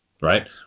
right